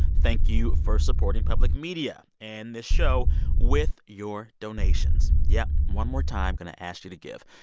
thank you for supporting public media and this show with your donations. yeah, one more time going to ask you to give.